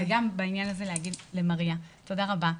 וגם בעניין הזה להגיד תודה רבה למריה,